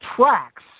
tracks